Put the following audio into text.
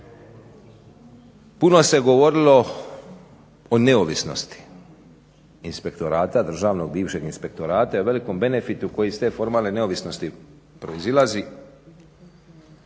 Puno se govorilo o neovisnosti inspektorata, bivšeg Državnog inspektorata i o velikom benefitu koji iz te formalne neovisnosti proizlazi.